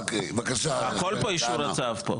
הכול פה אישור הצו.